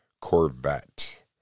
Corvette